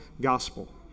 gospel